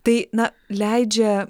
tai na leidžia